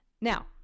Now